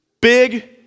big